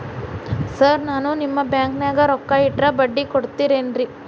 Sir ನಾನು ನಿಮ್ಮ ಬ್ಯಾಂಕನಾಗ ರೊಕ್ಕ ಇಟ್ಟರ ಬಡ್ಡಿ ಕೊಡತೇರೇನ್ರಿ?